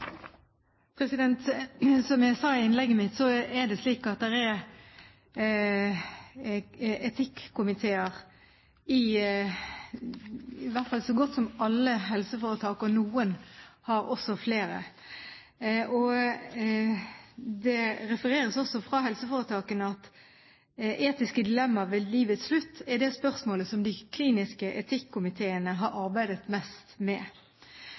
framover. Som jeg sa i innlegget mitt, er det etikkomiteer i i hvert fall så godt som alle helseforetak, og noen har også flere. Det refereres også fra helseforetakene at etiske dilemmaer ved livets slutt er det spørsmålet som de kliniske etikkomiteene har arbeidet mest med.